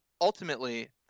Ultimately